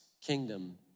kingdom